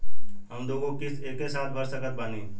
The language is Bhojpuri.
हम दु गो किश्त एके साथ भर सकत बानी की ना?